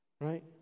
Right